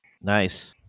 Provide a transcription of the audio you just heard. Nice